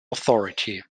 authority